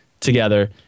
together